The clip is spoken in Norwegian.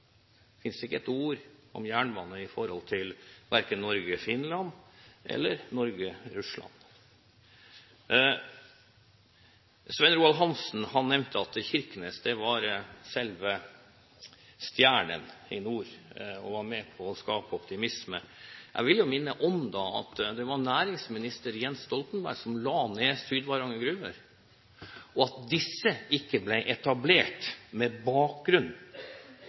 Det finnes ikke ett ord om jernbane med hensyn til verken Norge–Finland eller Norge–Russland. Svein Roald Hansen nevnte at Kirkenes var selve stjernen i nord og var med på å skape optimisme. Jeg vil jo da minne om at det var næringsminister Jens Stoltenberg som la ned Sydvaranger Gruve, og at denne ikke ble etablert med bakgrunn